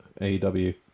AEW